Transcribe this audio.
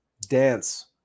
dance